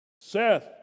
Seth